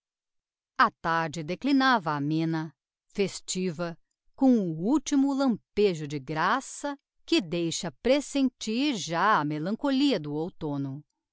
a tarde declinava amena festiva com o ultimo lampejo de graça que deixa presentir já a melancholia do outomno